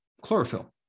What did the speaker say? chlorophyll